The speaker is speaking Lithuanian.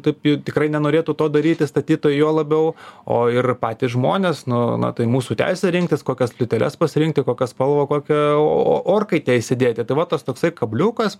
taip tikrai nenorėtų to daryti statytojai juo labiau o ir patys žmonės nu na tai mūsų teisę rinktis kokias plyteles pasirinkti kokią spalvą kokią orkaitę įsidėti tai va tas toksai kabliukas